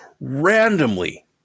randomly